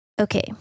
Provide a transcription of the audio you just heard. Okay